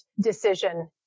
decision